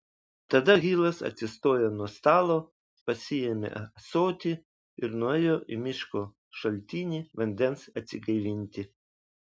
tada hilas atsistojo nuo stalo pasiėmė ąsotį ir nuėjo į miško šaltinį vandens atsigaivinti